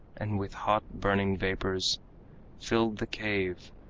and with hot, burning vapors filled the cave.